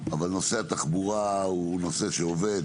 אבל נושא התחבורה הוא נושא שעובד,